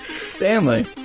Stanley